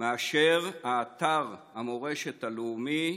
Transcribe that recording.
להקים אותם מאשר אתר המורשת הלאומי,